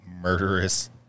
murderous